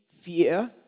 fear